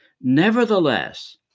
Nevertheless